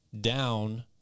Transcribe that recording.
down